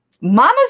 mama's